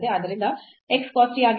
ಆದ್ದರಿಂದ x cos t ಆಗಿತ್ತು